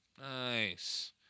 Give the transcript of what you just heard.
Nice